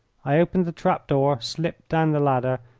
i opened the trap-door, slipped down the ladder,